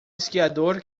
esquiador